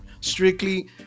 strictly